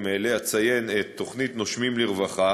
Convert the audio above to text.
אלה אציין את תוכנית "נושמים לרווחה",